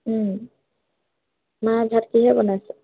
মা ভাত কিহেৰে বনাইছোঁ